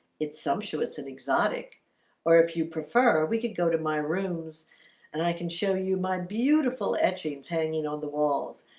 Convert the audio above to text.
its sumptuous and exotic or if you prefer we could go to my rooms and i can show you my beautiful edgings hanging on the walls.